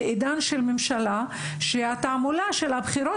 בעידן של ממשלה שהתעמולה של הבחירות